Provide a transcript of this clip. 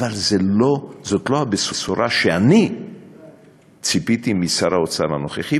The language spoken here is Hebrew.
אבל זו לא הבשורה שאני ציפיתי לה משר האוצר הנוכחי,